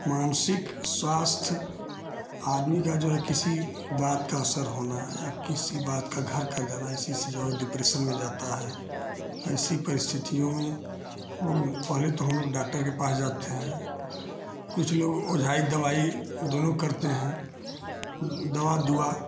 मानसिक स्वास्थ्य आदमी का जो है किसी बात का असर होना या किसी बात का घर कर जाना इसी से जो है डिप्रेशन में जाता है ऐसी परिस्थितियों में वो पहले तो हमलोग डॉक्टर के पास जाते हैं कुछ लोग ओझाइ दवाई दोनों करते हैं दवा दुआ